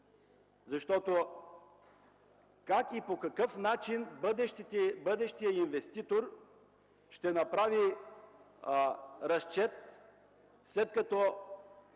оператор? Как и по какъв начин бъдещият инвеститор ще направи разчет, след като,